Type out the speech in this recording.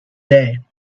day